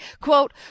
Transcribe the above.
quote